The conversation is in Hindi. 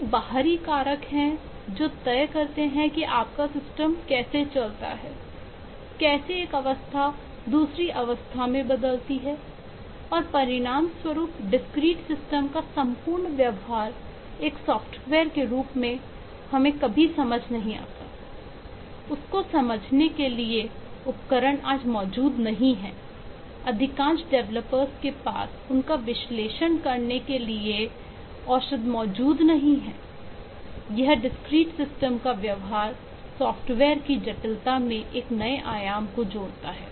कई बाहरी कारक हैं जो तय करते हैं कि आपका सिस्टम कैसे चलता है कैसे एक अवस्था दूसरी अवस्था में बदलती है और परिणाम स्वरूप डिस्क्रीट सिस्टम का व्यवहार सॉफ्टवेयर की जटिलता में एक नया आयाम जोड़ता है